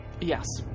yes